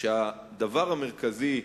הדבר המרכזי: